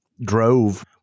drove